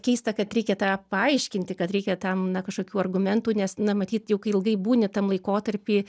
keista kad reikia tą paaiškinti kad reikia tam na kažkokių argumentų nes na matyt jau kai ilgai būni tam laikotarpy